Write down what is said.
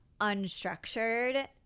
unstructured